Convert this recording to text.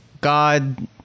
god